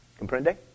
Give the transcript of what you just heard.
Comprende